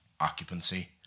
occupancy